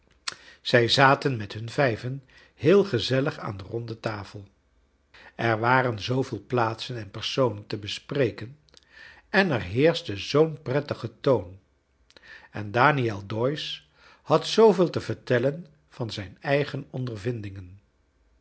zij zaten met nun vijven heel gezellig aan de ronde tafel er waren zooveel plaatsen en person en te bespreken en er heerschte zoo'n prettige toon en daniel doyce had zooveel te vertellen van zijn eigen ondervindingen